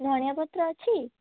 ଧଣିଆପତ୍ର ଅଛି